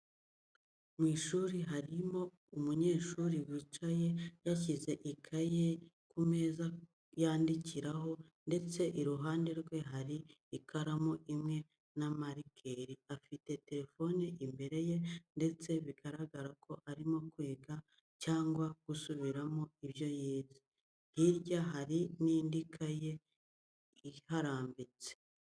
Mu ishuri harimo umunyeshuri wicaye yashyize ikayi ye ku meza bandikiraho ndetse iruhande rwe hari ikaramu imwe na marikeri. Afite telefone imbere ye ndetse biragaragara ko arimo kwiga cyangwa gusubiramo ibyo yize. Hirya hari n'indi kayi iharambitse.